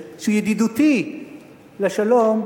ידידותי לשלום,